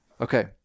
Okay